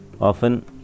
often